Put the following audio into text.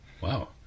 Wow